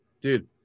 dude